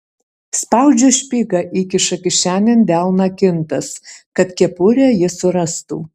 spaudžiu špygą įkiša kišenėn delną kintas kad kepurę ji surastų